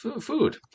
food